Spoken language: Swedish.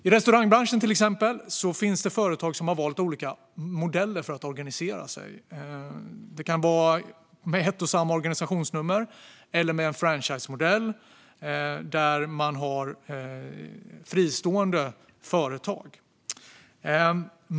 I restaurangbranschen, till exempel, har företag valt olika modeller för att organisera sig. Det kan vara med ett och samma organisationsnummer eller med en franchisemodell med fristående företag.